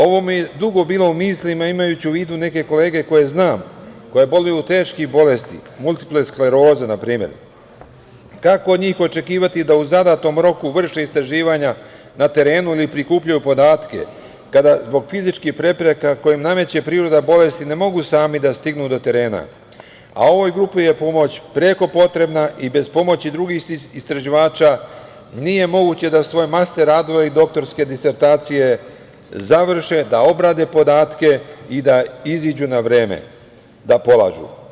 Ovo mi je dugo bilo u mislima imajući u vidu neke kolege koje znam koje boluju od teških bolesti multiple skleroze na primer, kako od njih očekivati da u zadatom roku vrše istraživanja na terenu ili prikupljaju podatke kada zbog fizičkih prepreka koje im nameće priroda bolesti ne mogu sami da stignu do terena, a ovoj grupi je pomoć preko potrebna i bez pomoći drugih istraživača nije moguće da svoje master radove i doktorske disertacije završe, da obrade podatke i da izađu na vreme da polažu.